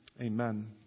Amen